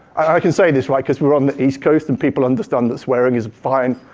i can say this right, because we're on the east coast and people understand that swearing is fine,